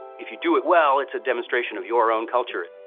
if you do it well, it's a demonstration of your own culture.